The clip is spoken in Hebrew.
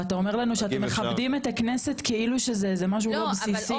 ואתה אומר לנו שאתם מכבדים את הכנסת כאילו שזה איזה משהו אל בסיסי.